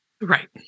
right